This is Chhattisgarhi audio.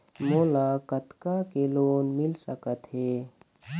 मोला कतका के लोन मिल सकत हे?